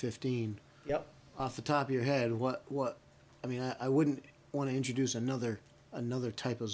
fifteen yup off the top your head what what i mean i wouldn't want to introduce another another type of